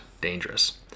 dangerous